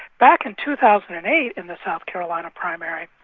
back in two thousand and eight, in the south carolina primary,